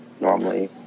normally